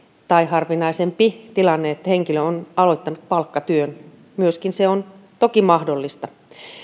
tai harvinaisempi tilanne että henkilö on aloittanut palkkatyön myöskin se on toki mahdollista